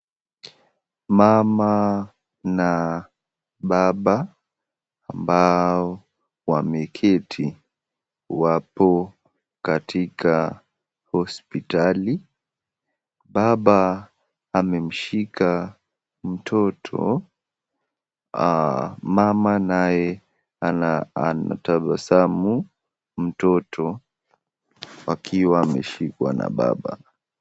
Mama na baba ambao wameketi wapo katika hospitali. Baba amemshika mtoto. Mama naye anatabasamu mtoto akiwa ameshikwa na baba.